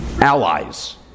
Allies